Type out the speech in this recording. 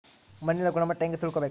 ಮಣ್ಣಿನ ಗುಣಮಟ್ಟ ಹೆಂಗೆ ತಿಳ್ಕೊಬೇಕು?